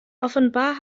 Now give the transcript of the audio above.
offenbar